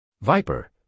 Viper